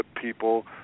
people